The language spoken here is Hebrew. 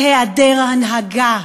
והיעדר הנהגה,